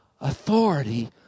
authority